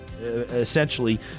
essentially